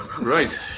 right